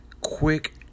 quick